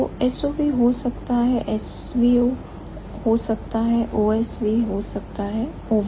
तो SOV हो सकता है SVO हो सकता है OSV हो सकता है OVS